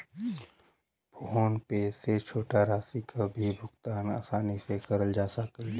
phone पे से छोटा राशि क भी भुगतान आसानी से करल जा सकल जाला